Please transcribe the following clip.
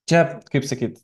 čia kaip sakyt